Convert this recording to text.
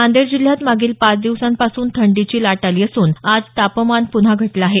नांदेड जिल्ह्यात मागील पाच दिवसापासून थंडीची लाट आली असून आज तापमान पुन्हा घटलं आहे